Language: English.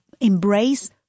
embrace